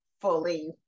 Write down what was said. fully